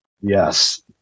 Yes